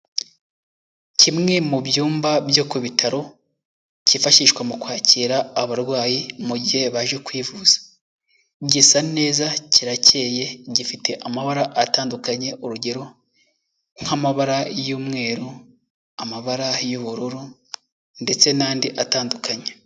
Kimwe mu byumba byo ku bitaro, cyifashishwa mu kwakira abarwayi mu gihe baje kwivuza. Gisa neza kiracyeye gifite amabara atandukanye, urugero; nk'amabara y'umweru, amabara y'ubururu ndetse n'andi atandukanye.